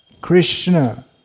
Krishna